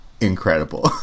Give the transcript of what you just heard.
incredible